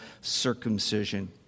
circumcision